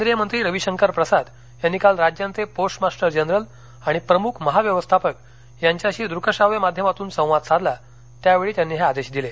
केंद्रीय मंत्री रवीशंकर प्रसाद यांनी काल राज्यांचे पोस्ट मास्टर जनरल आणि प्रमुख महाव्यवस्थापक यांच्याशी दृक्शाव्य माध्यमातून संवाद साधला त्यावेळी त्यांनी हे आदेश दिले